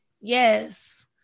Yes